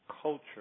culture